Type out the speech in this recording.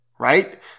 Right